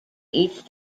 each